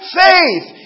faith